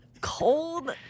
cold